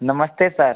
नमस्ते सर